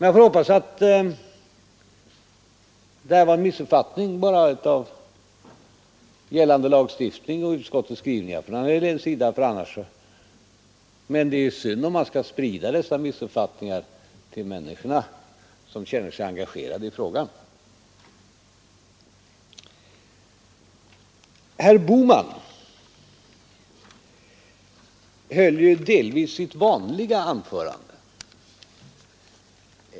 Jag hoppas att detta bara var en missuppfattning av herr Helén av gällande lagstiftning och utskottets skrivningar, men det är ju synd att sprida dessa missuppfattningar till människor som känner sig engagerade i frågan. Herr Bohman höll delvis sitt vanliga anförande.